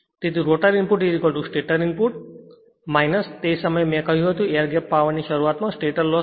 તેથી rotor input stator input તે સમયે મેં કહ્યું હતું કે એર ગેપ પાવરની શરૂઆતમાં સ્ટેટર લોસ